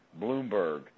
Bloomberg